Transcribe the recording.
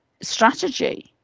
strategy